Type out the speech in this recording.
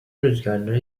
rüzgarları